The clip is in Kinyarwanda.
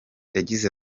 yagize